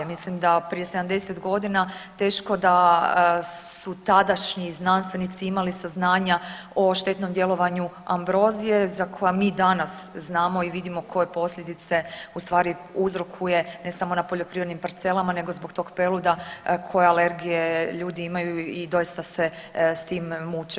Mislim da prije 70 godina teško da su tadašnji znanstvenici imali saznanja o štetnom djelovanju ambrozije za koja mi danas znamo i vidimo koje posljedice ustvari uzrokuje ne samo na poljoprivrednim parcelama nego zbog tog peluda koja alergije ljudi imaju i doista se s tim muče.